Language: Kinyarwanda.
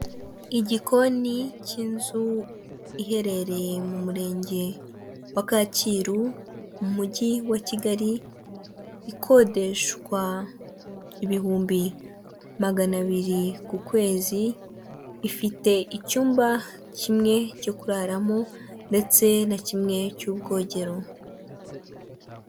Igikoni cy'inzu iherereye mu murenge wa Kacyiru mu mujyi wa Kigali, ikodeshwa ibihumbi magana abiri ku kwezi, ifite icyumba kimwe cyo kuraramo ndetse na kimwe cy'ubwogero.